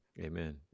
Amen